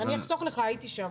אני אחסוך לך, הייתי שם.